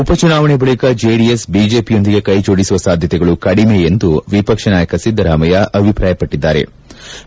ಉಪಚನಾವಣೆ ಬಳಕ ಚೆಡಿಎಸ್ ಬಿಜೆಪಿಯೊಂದಿಗೆ ಕೈಜೋಡಿಸುವ ಸಾಧ್ಯತೆಗಳು ಕಡಿಮೆ ಎಂದು ವಿಪಕ್ಷ ನಾಯಕ ಸಿದ್ದರಾಮಯ್ಯ ಅಭಿಪ್ರಾಯಪಟ್ಲದ್ದಾರೆ